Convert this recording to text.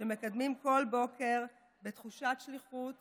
שקמים כל בוקר בתחושת שליחות